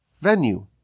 venue